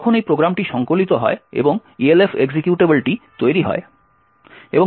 যখন এই প্রোগ্রামটি সংকলিত হয় এবং ELF এক্সিকিউটেবলটি তৈরি হয়